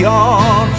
on